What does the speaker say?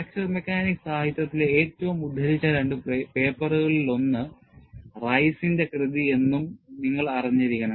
fracture mechanics സാഹിത്യത്തിലെ ഏറ്റവും ഉദ്ധരിച്ച രണ്ട് പേപ്പറുകളിൽ ഒന്നാണ് റൈസിന്റെ കൃതി എന്നും നിങ്ങൾ അറിഞ്ഞിരിക്കണം